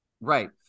Right